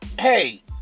hey